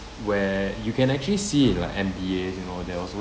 where you can actually see in like N_B_A you know they also